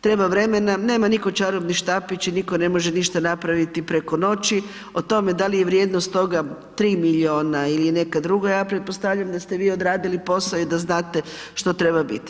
Treba vremena, nema niko čarobni štapić i niko ne može ništa napraviti preko noći, o tome da li je vrijednost 3 milijuna ili neka druga, ja pretpostavljam da ste vi odradili posao i da znate što treba biti.